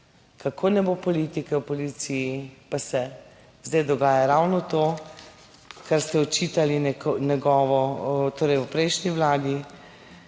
kako ne bo politike v policiji, pa se zdaj dogaja ravno to, kar ste očitali njegovo, torej v prejšnji vladi.